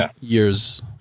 years